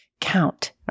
count